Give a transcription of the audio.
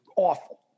awful